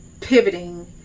pivoting